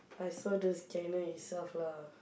I saw the scanner itself lah